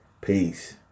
Peace